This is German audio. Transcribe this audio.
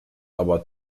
aber